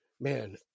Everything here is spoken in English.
man